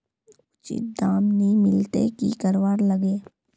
उचित दाम नि मिलले की करवार लगे?